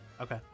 Okay